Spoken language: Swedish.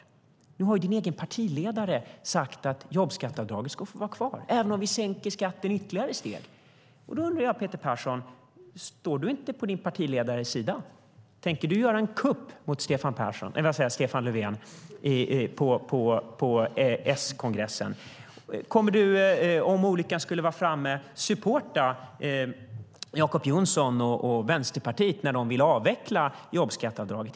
Nu har Peter Perssons egen partiledare sagt att jobbskatteavdraget ska få vara kvar även om vi sänker skatten ytterligare. Därför undrar jag: Står inte Peter Persson på sin partiledares sida? Tänker han göra en kupp mot Stefan Löfven på S-kongressen? Om olyckan skulle vara framme, kommer han då att supporta Jacob Johnson och Vänsterpartiet när de vill avveckla jobbskatteavdraget?